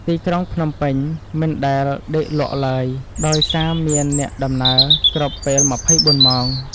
ទីក្រុងភ្នំពេញមិនដែលដេកលក់ឡើយ ដោយសារមានអ្នកដំណើរគ្រប់ពេល ២៤ ម៉ោង។